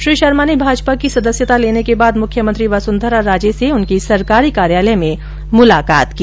श्री शर्मा ने भाजपा की सदस्यता लेने के बाद मुख्यमंत्री वसुंधरा राजे से उनके सरकारी कार्यालय में मुलाकात की